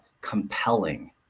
compelling